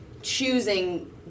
choosing